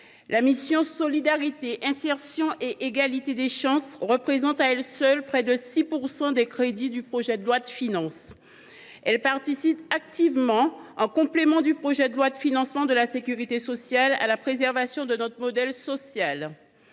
la mission « Solidarité, insertion et égalité des chances » représente à elle seule près de 6 % des crédits inscrits dans le présent projet de loi de finances. Elle participe activement, en complément du projet de loi de financement de la sécurité sociale, à la préservation de notre modèle social.